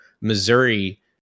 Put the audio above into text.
Missouri